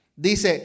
Dice